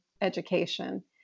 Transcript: education